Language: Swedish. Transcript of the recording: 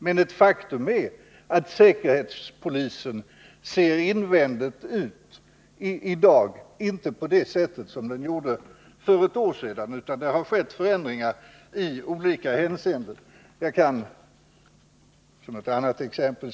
Men ett faktum är att säkerhetspolisen i dag invändigt inte ser ut på det sätt som den gjorde för ett år sedan. Det har skett förändringar i olika hänseenden. Jag kant.ex.